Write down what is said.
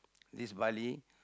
this Bali